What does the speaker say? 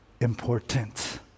important